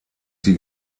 die